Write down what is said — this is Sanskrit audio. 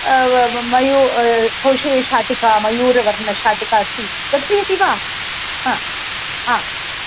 वव य् व् अ मयू कौशेयशाटिका मयूरवर्णशाटिका अस्ति दर्शयति वा ह आ